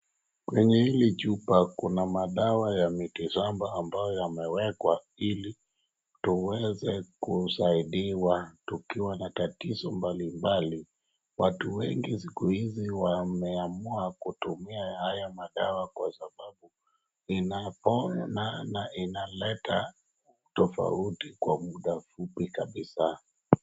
Kwenye hili jumba kuna madawa ya miti shamba ambayo yameekwa ili tuweze kusaidiwa tukiwa na tatizo mbalimbali. Watu wengi siku hizi wameamua kutumia haya madawa kwa sababu inapona na inaleta tofauti kwa muda mfupi kabisa.